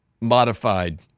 modified